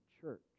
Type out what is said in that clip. church